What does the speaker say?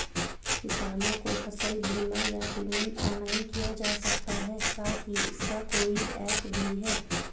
किसानों को फसल बीमा या पेमेंट ऑनलाइन किया जा सकता है साथ ही इसका कोई ऐप भी है?